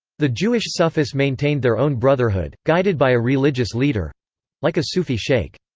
the jewish sufis maintained their own brotherhood, guided by a religious leader like a sufi sheikh.